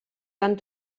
van